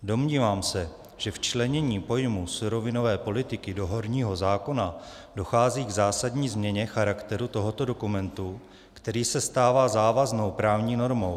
Domnívám se, že včleněním pojmu surovinové politiky do horního zákona dochází k zásadní změně v charakteru tohoto dokumentu, který se stává závaznou právní normou.